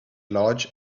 large